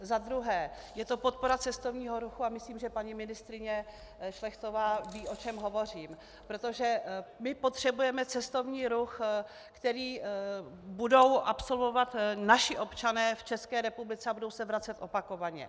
Za druhé je to podpora cestovního ruchu a myslím, že paní ministryně Šlechtová ví, o čem hovořím, protože my potřebujeme cestovní ruch, který budou absolvovat naši občané v České republice a budou se vracet opakovaně.